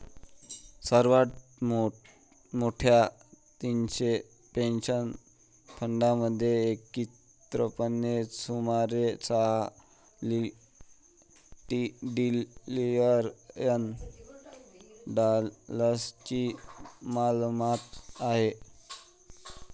सर्वात मोठ्या तीनशे पेन्शन फंडांमध्ये एकत्रितपणे सुमारे सहा ट्रिलियन डॉलर्सची मालमत्ता आहे